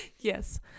yes